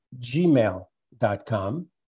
gmail.com